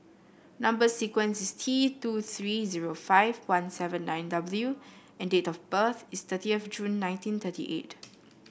number sequence is T two three zero five one seven nine W and date of birth is thirtieth June nineteen thirty eight